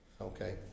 Okay